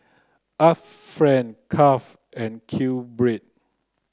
Art Friend Kraft and QBread